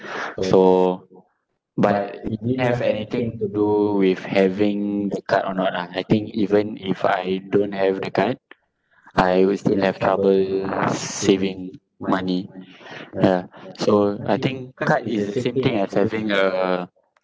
so but it didn't have anything to do with having the card or not ah I think even if I don't have the card I will still have trouble s~ saving money ya so I think card is the same thing as having a